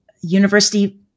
university